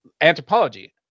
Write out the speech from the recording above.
anthropology